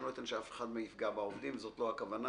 לא אתן שאף אחד ייפגע בעובדים, לא זו הכוונה.